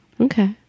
okay